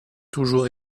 toujours